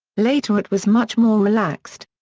later it was much more relaxed.